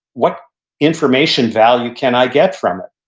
what information value can i get from it?